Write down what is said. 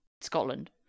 Scotland